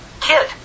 kid